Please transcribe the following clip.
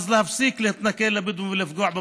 אז להפסיק להתנכל לבדואים ולפגוע בפרנסתם.